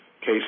Case